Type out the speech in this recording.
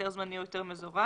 היתר זמני או היתר מזורז,